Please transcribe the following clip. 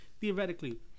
theoretically